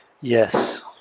Yes